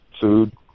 food